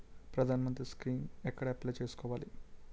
ప్రధాన మంత్రి స్కీమ్స్ ఎక్కడ అప్లయ్ చేసుకోవాలి?